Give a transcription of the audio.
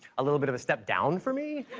a little bit of a step down for me.